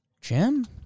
Jim